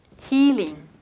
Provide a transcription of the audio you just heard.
healing